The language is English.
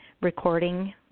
recording